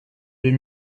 deux